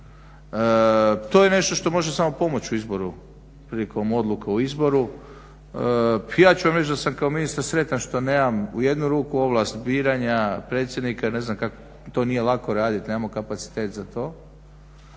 To je nešto što može samo pomoći u izboru, prilikom odluke o izboru. Ja ću vam reći da sam kao ministar sretan što nemam u jednu ruku ovlast biranja predsjednika, to nije lako radit, nemamo kapacitet i